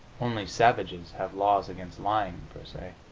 only savages have laws against lying per se.